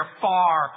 far